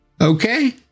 Okay